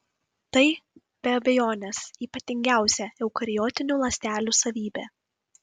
tai be abejonės ypatingiausia eukariotinių ląstelių savybė